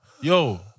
yo